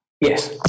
Yes